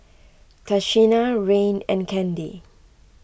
Tashina Rayne and Kandy